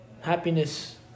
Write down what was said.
happiness